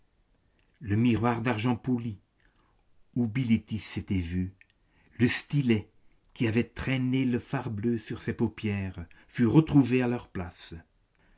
le miroir d'argent poli où bilitis s'était vue le stylet qui avait traîné le fard bleu sur ses paupières furent retrouvés à leur place